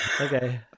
okay